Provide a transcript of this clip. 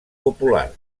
popular